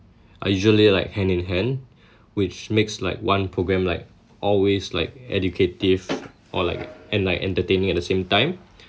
are usually like hand in hand which makes like one programme like always like educative or like and like entertaining at the same time